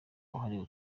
wahariwe